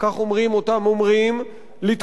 לתקוף עוד לפני הבחירות בארצות-הברית,